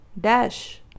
DASH